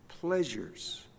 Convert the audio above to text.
pleasures